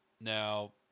Now